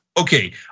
okay